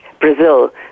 Brazil